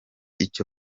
icyo